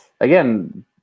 Again